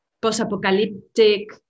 post-apocalyptic